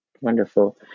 Wonderful